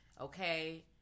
okay